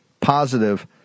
positive